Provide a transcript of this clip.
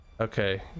okay